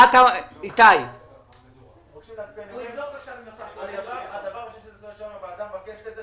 אנחנו מבקשים להצביע --- הוועדה מבקשת את זה.